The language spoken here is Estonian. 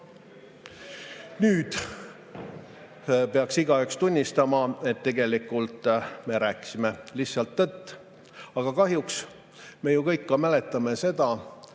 nüüd peaks igaüks tunnistama, et tegelikult me rääkisime lihtsalt tõtt. Aga kahjuks me kõik [teame] seda